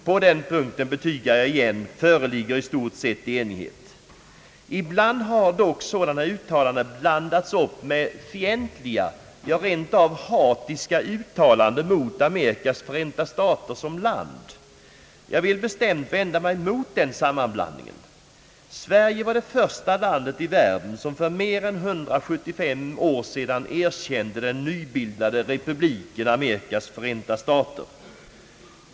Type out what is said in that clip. På denna punkt — det vill jag än en gång betyga — föreligger 1 stort seit enighet. Ibland har dock sådana uttalanden blandats upp med fientliga, ja, rent av hatiska uttalanden mot Amerikas förenta stater som land betraktat. Jag vill bestämt vända mig mot den sammanblandningen. Sverige var det första land i världen som för mer än 175 år sedan erkände den nybildade republiken Amerikas förenta stater.